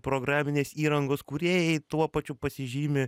programinės įrangos kūrėjai tuo pačiu pasižymi